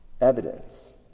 evidence